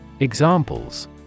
Examples